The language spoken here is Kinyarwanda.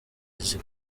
uzi